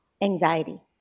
anxiety